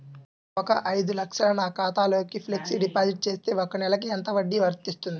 ఒక ఐదు లక్షలు నా ఖాతాలో ఫ్లెక్సీ డిపాజిట్ చేస్తే ఒక నెలకి ఎంత వడ్డీ వర్తిస్తుంది?